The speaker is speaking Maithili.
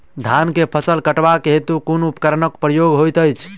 धान केँ फसल कटवा केँ हेतु कुन उपकरणक प्रयोग होइत अछि?